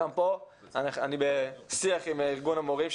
גם פה אני בשיח עם ארגון המורים,